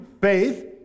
faith